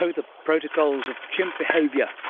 so the protocols of chimp behaviour.